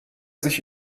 sich